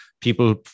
people